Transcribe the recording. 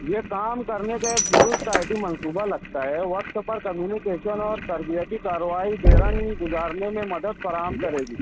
یہ کام کرنے کا ایک درست آئی ٹی منصوبہ لگتا ہے وقت پر کمیونیکیشن اور تربیتی کاروائی کے رنگ گزارنے میں مدد فراہم کرے گی